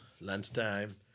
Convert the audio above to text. Lunchtime